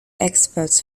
experts